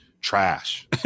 trash